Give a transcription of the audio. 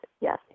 Yes